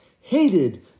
hated